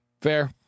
Fair